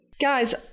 Guys